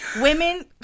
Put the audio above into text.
women